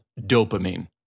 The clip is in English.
dopamine